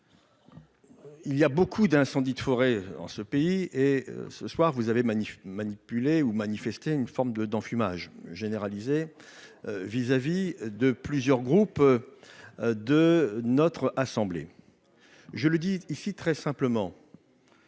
Il y a beaucoup d'incendies de forêt en ce pays et ce soir vous avez manif manipulé ou manifester une forme de d'enfumage généralisé vis-à-vis de plusieurs groupes de notre assemblée, je le dis ici très simplement.